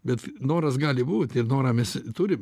bet noras gali būt ir norą mes turim